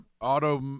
auto